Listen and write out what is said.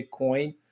Bitcoin